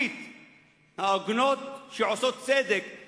ושהיא בבעלות חלק מהתושבים שלנו,